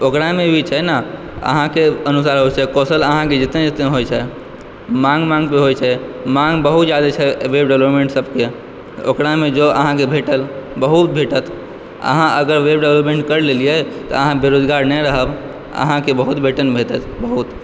ओकरामे ई छै ने अहाॅंके अनुसार से फसल अहाँके जेतने जेतने होइ छै माँग माँग के होइ छै माँग बहुत जादा छै एहिबेर गवर्नमेंट सबके ओकरामे जॅं अहाँके भेटल बहुत भेटत अहाँ अगर वेव डेवलपमेंट करि लेलियै तऽ अहाँ बेरोजगार नहि रहब अहाँके बहुत वेतन भेटत बहुत